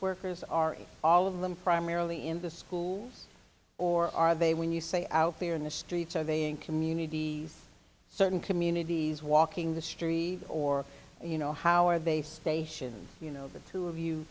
workers are in all of them primarily in the schools or are they when you say out there in the streets are they in community certain communities walking the street or you know how are they for station you know the two of you